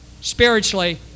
spiritually